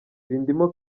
bindimo